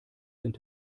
sind